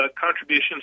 contributions